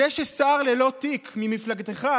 זה ששר ללא תיק ממפלגתך,